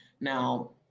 Now